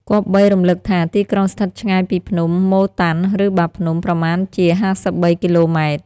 គប្បីរំលឹកថា ទីក្រុងស្ថិតឆ្ងាយពីភ្នំ ម៉ូ តាន់ ឬ បាភ្នំ ប្រមាណជា ៥៣ គីឡូម៉ែត្រ ។